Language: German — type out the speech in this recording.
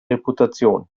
reputation